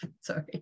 Sorry